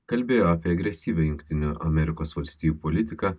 kalbėjo apie agresyvią jungtinių amerikos valstijų politiką